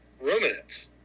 ruminants